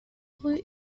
rue